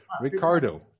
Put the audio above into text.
Ricardo